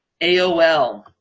AOL